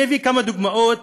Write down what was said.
אני אביא כמה דוגמאות